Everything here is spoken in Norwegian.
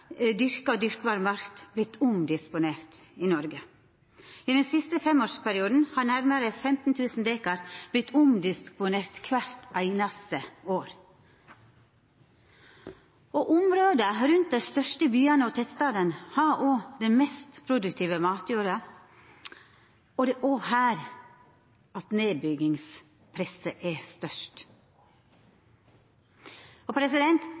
dyrka og dyrkbar mark vorte omdisponerte i Noreg. I den siste femårsperioden har nærare 15 000 dekar vorte omdisponerte kvart einaste år. Områda rundt dei største byane og tettstadene har den mest produktive matjorda, og det er òg her nedbyggingspresset er